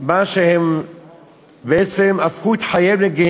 היו פה בכנסת הרבה פעמים דיונים על כך שהם בעצם הפכו את חייהם לגיהינום: